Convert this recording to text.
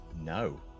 No